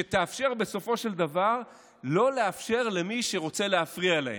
שתאפשר בסופו של דבר לא לאפשר למי שרוצה להפריע להם,